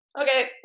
okay